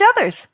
others